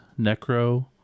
Necro